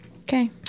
Okay